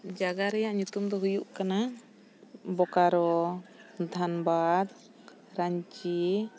ᱡᱟᱭᱜᱟ ᱨᱮᱭᱟᱜ ᱧᱩᱛᱩᱢ ᱫᱚ ᱦᱩᱭᱩᱜ ᱠᱟᱱᱟ ᱵᱚᱠᱟᱨᱳ ᱫᱷᱟᱱᱵᱟᱫ ᱨᱟᱸᱪᱤ